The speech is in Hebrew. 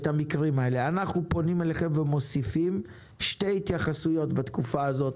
אנחנו פונים אליכם ומוסיפים שתי התייחסויות בתקופה הזאת,